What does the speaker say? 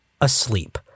asleep